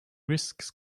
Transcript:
risks